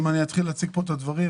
אם אני אתחיל להציג פה את הדברים,